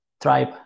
tribe